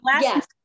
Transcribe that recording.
yes